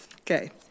Okay